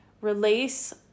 release